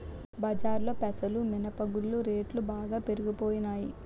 బజారులో పెసలు మినప గుళ్ళు రేట్లు బాగా పెరిగిపోనాయి